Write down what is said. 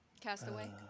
Castaway